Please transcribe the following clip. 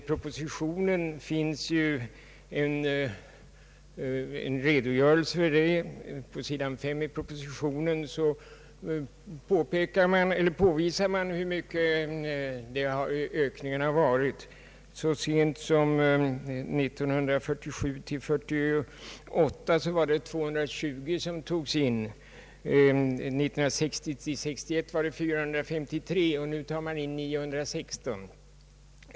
På s. 5 i pro positionen påvisar man hur stor ökningen varit. Så sent som 1947—1948 togs 220 in, 1960—1961 453, och nu tar man in 916.